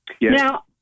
Now